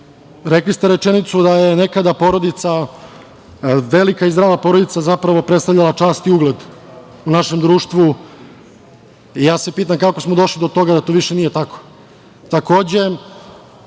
rekli ste rečenicu da je nekada porodica, velika i zdrava porodica, predstavljala čast i ugled u našem društvu i ja se pitam kako smo došli do toga da to više nije